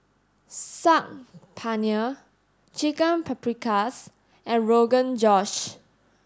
Saag Paneer Chicken Paprikas and Rogan Josh